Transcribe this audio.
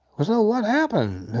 what so what happened?